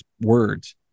words